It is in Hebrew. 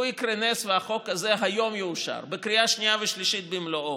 לו יקרה נס והחוק הזה יאושר היום בקריאה שנייה ושלישית במלואו,